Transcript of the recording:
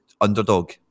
underdog